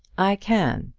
i can,